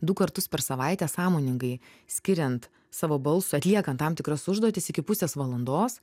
du kartus per savaitę sąmoningai skiriant savo balsui atliekant tam tikras užduotis iki pusės valandos